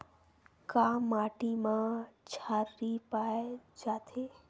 का माटी मा क्षारीय पाए जाथे?